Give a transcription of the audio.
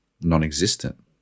non-existent